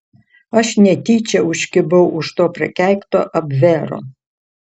aš netyčia užkibau už to prakeikto abvero